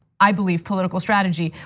i believe, political strategy.